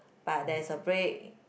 but there is a break